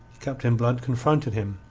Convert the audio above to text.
captain blood confronted him,